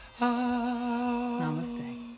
Namaste